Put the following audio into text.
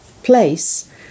place